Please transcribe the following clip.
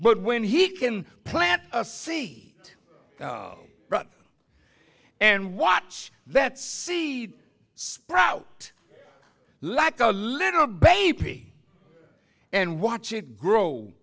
but when he can plant a see and watch that sea sprout like a little baby and watch it grow